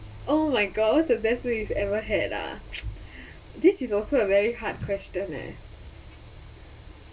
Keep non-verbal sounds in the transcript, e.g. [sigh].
oh my god what's best food you've ever had ah [noise] this is also a very hard question eh